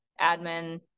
admin